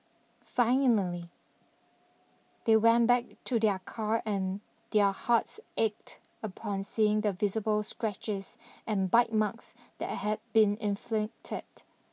finally they went back to their car and their hearts ached upon seeing the visible scratches and bite marks that had been inflicted